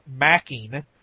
Macking